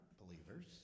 believers